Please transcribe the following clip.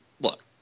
look